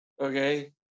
okay